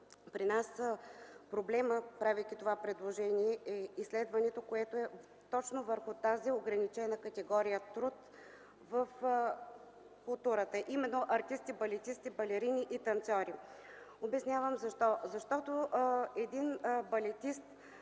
при нас проблемът, правейки това предложение, е изследването точно върху тази ограничена категория труд в културата, а именно артисти, балетисти, балерини и танцьори. Обяснявам защо. Един балетист,